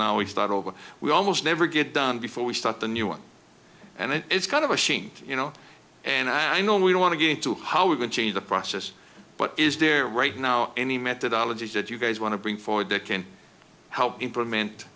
now we start over we almost never get done before we start the new one and it is kind of machine you know and i know we don't want to get into how we can change the process but is there right now any methodology that you guys want to bring forward that can help implement